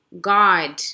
god